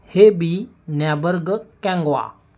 heavy नेबरग कँग्वा